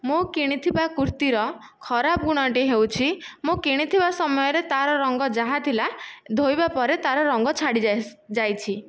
ମୁଁ କିଣିଥିବା କୁର୍ତ୍ତୀର ଖରାପ ଗୁଣଟି ହେଉଛି ମୁଁ କିଣିଥିବା ସମୟ ରେ ତାର ରଙ୍ଗ ଯାହା ଥିଲା ଧୋଇବା ପରେ ତାର ରଙ୍ଗ ଛାଡ଼ି ଯାଇଛି